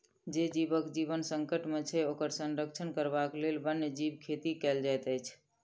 जे जीवक जीवन संकट मे छै, ओकर संरक्षण करबाक लेल वन्य जीव खेती कयल जाइत छै